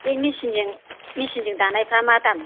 बे मिचिनजों मिचिनजों दानायफ्रा मा दाम